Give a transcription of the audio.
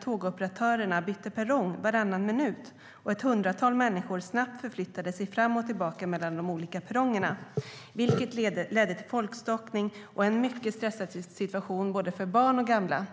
Tågoperatörerna bytte perrong varannan minut, och ett hundratal människor förflyttade sig fram och tillbaka mellan de olika perrongerna, vilket ledde till folkstockning och en mycket stressande situation för både barn och gamla.